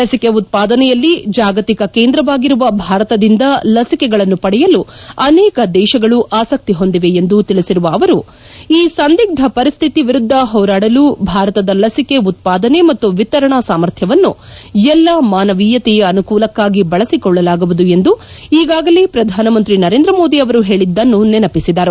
ಲಸಿಕೆ ಉತ್ಪಾದನೆಯಲ್ಲಿ ಜಾಗತಿಕ ಕೇಂದ್ರವಾಗಿರುವ ಭಾರತದಿಂದ ಲಸಿಕೆಗಳನ್ನು ಪಡೆಯಲು ಅನೇಕ ದೇಶಗಳು ಆಸಕ್ತಿ ಹೊಂದಿವೆ ಎಂದು ತಿಳಿಸಿರುವ ಅವರು ಈ ಸಂದಿಗ್ಧ ಪರಿಶ್ಠಿತಿ ವಿರುದ್ಧ ಹೋರಾಡಲು ಭಾರತದ ಲಸಿಕೆ ಉತ್ಪಾದನೆ ಮತ್ತು ವಿತರಣಾ ಸಾಮರ್ಥ್ಯವನ್ನು ಎಲ್ಲಾ ಮಾನವೀಯತೆಯ ಅನುಕೂಲಕ್ಕಾಗಿ ಬಳಸಿಕೊಳ್ಳಲಾಗುವುದು ಎಂದು ಈಗಾಗಲೇ ಪ್ರಧಾನ ಮಂತ್ರಿ ನರೇಂದ್ರ ಮೋದಿ ಅವರು ಹೇಳಿದ್ದನ್ನು ನೆನಪಿಸಿದರು